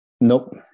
Nope